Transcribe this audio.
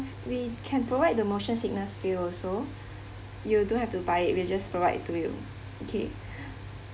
we can provide the motion sickness pill also you don't have to buy it we'll just provide to you okay